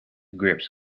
grips